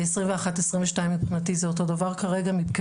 ו-2021 ו-2022 זה אותו דבר כרגע מבחינתי,